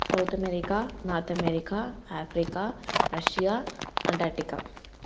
south America north America Africa Russia Antarctica